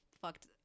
fucked